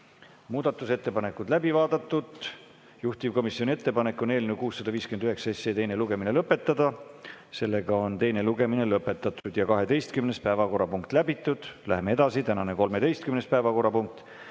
Muudatusettepanekud on läbi vaadatud. Juhtivkomisjoni ettepanek on eelnõu 659 teine lugemine lõpetada. Teine lugemine on lõpetatud ja 12. päevakorrapunkt läbitud. Läheme edasi. Tänane 13. päevakorrapunkt